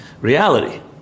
reality